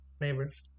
neighbors